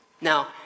Now